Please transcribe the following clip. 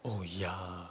oh ya